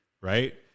Right